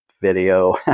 video